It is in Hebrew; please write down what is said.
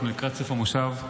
שאנחנו לקראת סוף המושב,